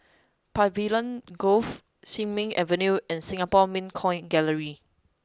Pavilion Grove Sin Ming Avenue and Singapore Mint Coin Gallery